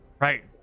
Right